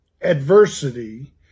adversity